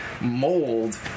mold